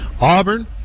Auburn